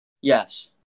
Yes